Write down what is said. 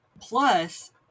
Plus